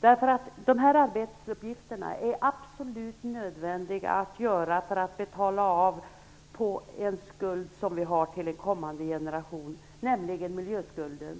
Dessa arbetsuppgifter är absolut nödvändiga för att vi skall kunna betala av på en skuld som vi har till en kommande generation, nämligen miljöskulden.